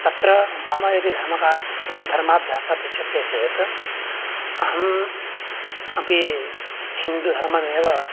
तत्र मम यदि धर्मका धर्माभ्यासः पृच्छ्यते चेत् अहम् अपि हिन्दुधर्ममेव